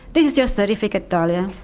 this is your certificate, dahlia.